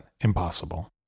impossible